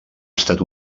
estat